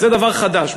זה דבר חדש,